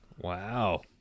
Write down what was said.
Wow